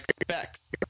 specs